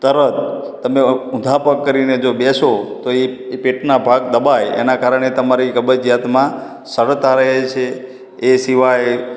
તરત તમે ઊંધા પગ કરીને જો બેસો તો એ પેટનાં ભાગ દબાય એનાં કારણે તમારી કબજીયાતમાં સરળતા રહે છે એ સિવાય